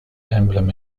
emblem